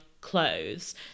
clothes